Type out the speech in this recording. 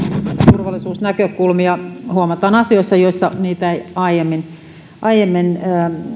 turvallisuusnäkökulmia huomataan asioissa joissa niitä ei aiemmin aiemmin